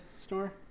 store